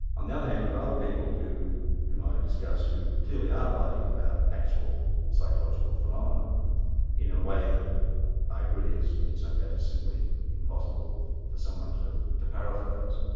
on the other hand there are other people whom i discussed who clearly are writing about actual psychological phenomena in a way that i agree, is in some cases simply impossible for someone to to paraphrase.